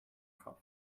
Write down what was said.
kopf